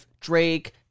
Drake